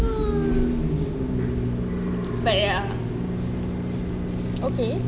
but ya okay